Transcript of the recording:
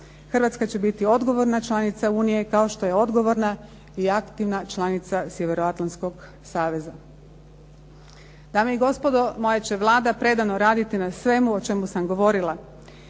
Hrvatska će biti odgovorna članica Unije, kao što je odgovorna i aktivna članica Sjevernoatlantskog saveza. Dame i gospodo, moja će Vlada predano raditi na svemu o čemu sam govorila.